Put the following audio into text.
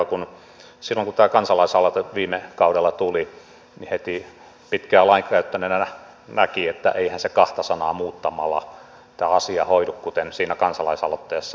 silloin kun tämä kansalaisaloite viime kaudella tuli niin heti pitkään lainkäyttäjänä olleena näki että eihän tämä asia kahta sanaa muuttamalla hoidu kuten siinä kansalaisaloitteessa väitettiin